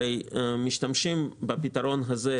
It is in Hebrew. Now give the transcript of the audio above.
הרי משתמשים בפתרון הזה.